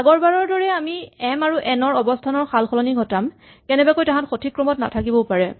আগৰবাৰৰ দৰেই আমি এম আৰু এন ৰ অৱস্হানৰ সালসলনি ঘটাম কেনেবাকৈ তাহাঁত সঠিক ক্ৰমত নাথাকিবও পাৰে